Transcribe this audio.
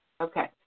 Okay